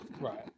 right